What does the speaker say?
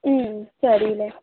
ಹ್ಞೂ ಸರಿ